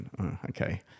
Okay